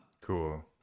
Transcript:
Cool